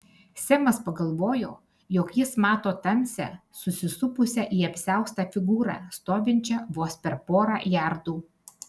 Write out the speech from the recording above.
semas pagalvojo jog jis mato tamsią susisupusią į apsiaustą figūrą stovinčią vos per porą jardų